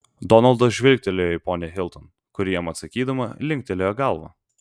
donaldas žvilgtelėjo į ponią hilton kuri jam atsakydama linktelėjo galvą